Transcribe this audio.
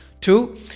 two